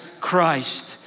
Christ